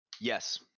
Yes